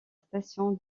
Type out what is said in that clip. station